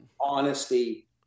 honesty